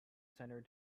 center